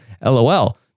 LOL